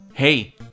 Hey